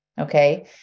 Okay